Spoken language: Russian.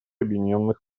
объединенных